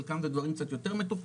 חלקן זה גם דברים יותר מתוחכמים.